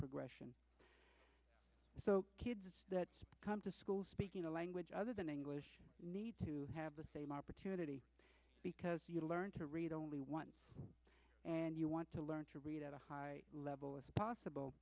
progression so kids that come to school speaking a language other than english need to have the same opportunity because you learn to read only one and you want to learn to read at a high level as possible